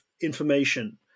information